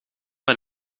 ben